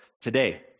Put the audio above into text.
today